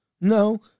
no